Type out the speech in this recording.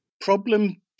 problem